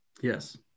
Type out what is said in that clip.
Yes